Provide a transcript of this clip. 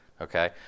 okay